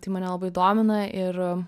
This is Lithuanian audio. tai mane labai domina ir